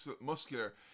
muscular